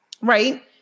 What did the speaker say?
Right